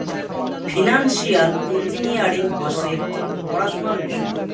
financial engineering হসে একটি পড়াশোনার বিষয়